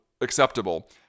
acceptable